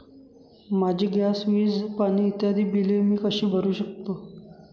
माझी गॅस, वीज, पाणी इत्यादि बिले मी कशी भरु शकतो?